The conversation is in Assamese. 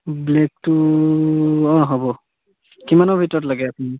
ব্লেকটো অঁ হ'ব কিমানৰ ভিতৰত লাগে আপুনি